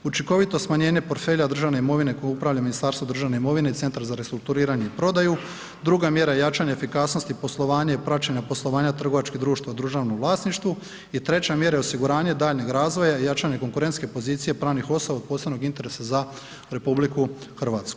Učinkovito smanjenje portfelja državne imovine kojom upravlja Ministarstvo državne imovine i Centar za restrukturiranje i prodaju, druga mjera je jačanje efikasnosti poslovanja i praćenja poslovanja trgovačkih društava u državnom vlasništvu i treća mjera je osiguranje daljnjeg razvoja i jačanje konkurentske pozicije pravnih osoba od posebnog interesa za RH.